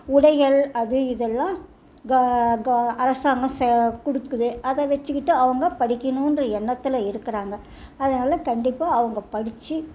உடைகள் அது இதெல்லாம் க க அரசாங்கம் ச கொடுக்குது அதை வச்சுக்கிட்டு அவங்க படிக்கணுன்ற எண்ணத்தில் இருக்கிறாங்க அதனால கண்டிப்பாக அவங்க படித்து